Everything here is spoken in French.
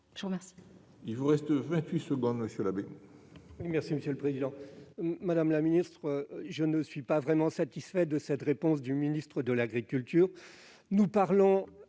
je vous remercie